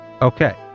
Okay